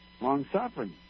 long-suffering